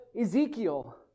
Ezekiel